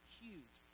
huge